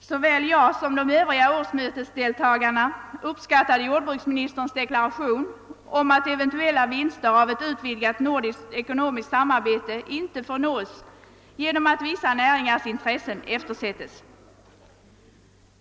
Såväl jag som de övriga årsmötesdeltagarna uppskattade jordbruksministerns deklaration att eventuella vinster av ett utvidgat nordiskt ekonomiskt samarbete inte får nås genom att vissa näringars intressen eftersätts.